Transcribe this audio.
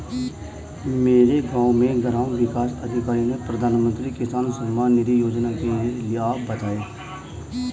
मेरे गांव में ग्राम विकास अधिकारी ने प्रधानमंत्री किसान सम्मान निधि योजना के लाभ बताएं